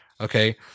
Okay